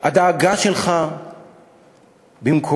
הדאגה שלך היא במקומה,